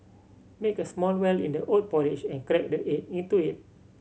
make a small well in the oat porridge and crack the egg into it